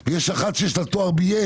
יש אחת שיש לה תואר בי.איי,